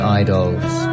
idols